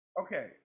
Okay